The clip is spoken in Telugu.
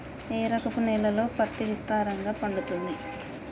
ఏ రకపు నేలల్లో పత్తి విస్తారంగా పండుతది?